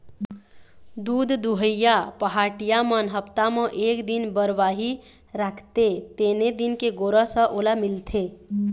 दूद दुहइया पहाटिया मन हप्ता म एक दिन बरवाही राखते तेने दिन के गोरस ह ओला मिलथे